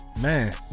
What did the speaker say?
Man